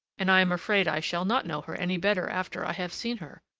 and i am afraid i shall not know her any better after i have seen her.